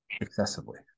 excessively